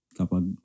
kapag